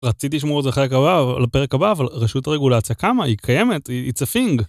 רציתי לשמור את זה לפרק הבא, אבל רשות הרגולציה קמה, היא קיימת, its a thing!